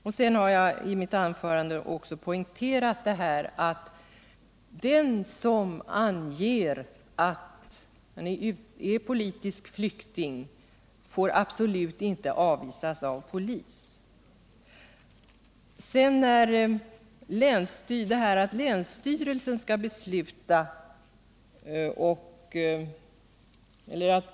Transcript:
Jag har i mitt anförande poängterat att den som uppger att han är politisk flykting absolut inte får avvisas av polis.